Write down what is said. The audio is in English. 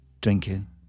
Drinking